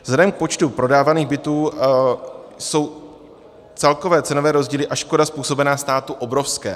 Vzhledem k počtu prodávaných bytů jsou celkové cenové rozdíly a škoda způsobená státu obrovské.